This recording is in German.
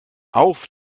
auf